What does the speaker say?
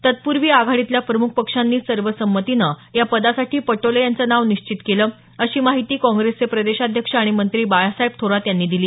तत्पूर्वी आघाडीतल्या प्रमुख पक्षांनी सर्व संमतीनं या पदासाठी पटोले यांचं नाव निश्चित केलं अशी माहिती काँग्रेसचे प्रदेशाध्यक्ष आणि मंत्री बाळासाहेब थोरात यांनी दिली